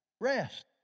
Rest